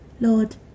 Lord